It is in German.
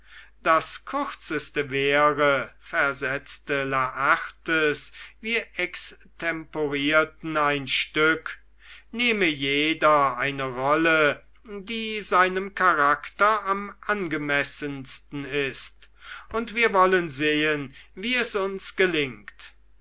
das kürzeste wäre versetzte laertes wir extemporierten ein stück nehme jeder eine rolle die seinem charakter am angemessensten ist und wir wollen sehen wie es uns gelingt